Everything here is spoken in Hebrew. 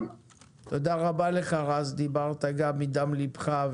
תודה רבה לך, דיברת מדם ליבך.